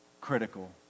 Critical